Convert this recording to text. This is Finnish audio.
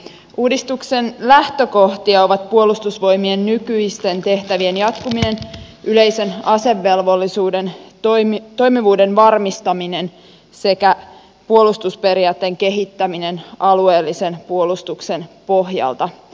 uudistuksen lähtökohtia ovat puolustusvoimien nykyisten tehtävien jatkuminen yleisen asevelvollisuuden toimivuuden varmistaminen sekä puolustusperiaatteen kehittäminen alueellisen puolustuksen pohjalta